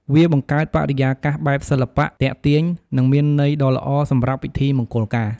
វាបង្កើតបរិយាកាសបែបសិល្បៈ ទាក់ទាញ និងមានន័យដ៌ល្អសម្រាប់ពិធីមង្គលការ។